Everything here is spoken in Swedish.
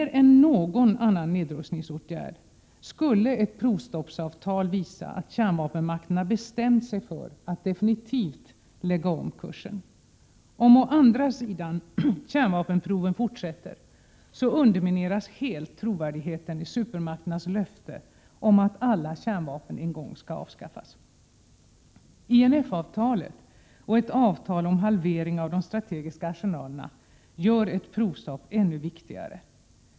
Mer än någon annan nedrustningsåtgärd skulle ett provstoppsavtal visa att kärnvapenmakterna bestämt sig för att definitivt lägga om kursen. Om å andra sidan kärnvapenproven fortsätter, undermineras helt trovärdigheten i supermakternas löften om att alla kärnvapen en gång skall avskaffas. INF-avtalet och ett avtal om halvering av de strategiska arsenalerna gör ett provstopp ännu viktigare.